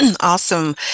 Awesome